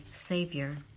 savior